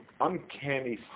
uncanny